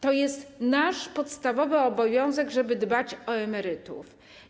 To jest nasz podstawowy obowiązek, żeby dbać o emerytów.